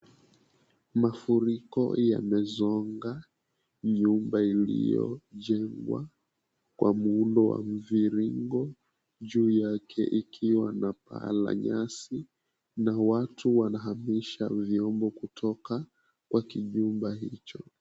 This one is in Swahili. Mafuriko yamezonga nyumba iliyojengwa kwa muundo wa mviringo juu yake ikiwa na paa la nyasi na watu wanahamisha vyombo kutoka kwa kijumba hicho.